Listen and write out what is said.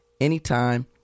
anytime